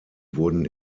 wurden